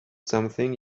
something